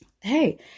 Hey